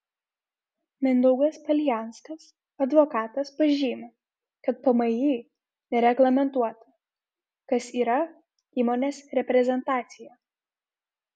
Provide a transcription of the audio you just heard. mindaugas palijanskas advokatas pažymi kad pmį nereglamentuota kas yra įmonės reprezentacija